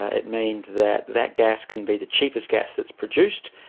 ah it means that that gas can be the cheapest gas that's produced,